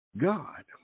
God